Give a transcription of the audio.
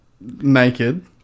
naked